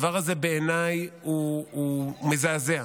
בעיניי הדבר הזה מזעזע.